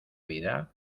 vida